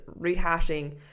rehashing